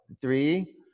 three